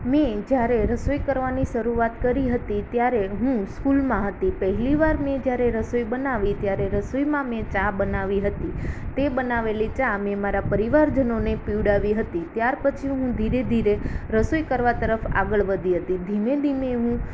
મેં જ્યારે રસોઈ કરવાની શરૂઆત કરી હતી ત્યારે હું સ્કૂલમાં હતી પહેલી વાર મેં જ્યારે રસોઈ બનાવી ત્યારે રસોઈમાં મેં ચા બનાવી હતી તે બનાવેલી ચા મેં મારા પરિવારજનોને પીવડાવી હતી ત્યાર પછી હું ધીરે ધીરે રસોઈ કરવા તરફ આગળ વધી હતી ધીમે ધીમે હું